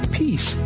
peace